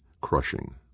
crushing